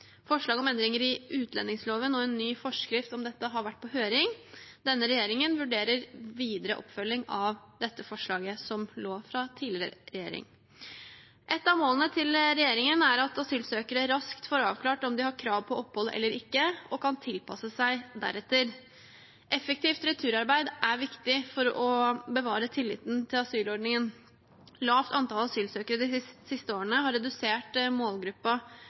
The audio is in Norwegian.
Forslag om endringer i utlendingsloven og en ny forskrift om dette har vært på høring. Denne regjeringen vurderer videre oppfølging av dette forslaget, som lå fra tidligere regjering. Et av målene til regjeringen er at asylsøkere raskt får avklart om de har krav på opphold eller ikke, og kan tilpasse seg deretter. Effektivt returarbeid er viktig for å bevare tilliten til asylordningen. Lavt antall asylsøkere de siste årene har redusert